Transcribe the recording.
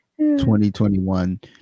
2021